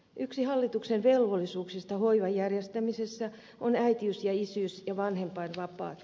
yksi hallituksen velvollisuuksista hoivan järjestämisessä on äitiys isyys ja vanhempainvapaat